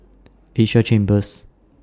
Asia Chambers